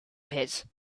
pit